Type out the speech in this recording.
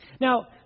Now